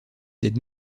des